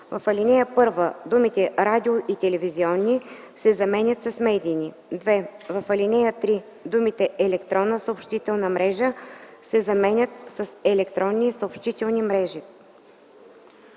В ал. 1 думите „радио- и телевизионни” се заменят с „медийни”. 2. В ал. 3 думите „електронна съобщителна мрежа” се заменят с „електронни съобщителни мрежи”.”